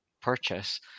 purchase